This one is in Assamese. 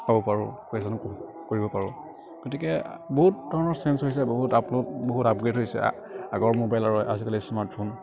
পাব পাৰোঁ কুৱেচন কৰিব পাৰোঁ গতিকে বহুত ধৰণৰ চেঞ্জ হৈছে বহুত আপলোড বহুত আপগ্ৰেড হৈছে আগৰ মোবাইল আৰু আজিকালিৰ স্মাৰ্টফোন